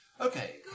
Okay